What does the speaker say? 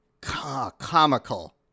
comical